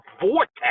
vortex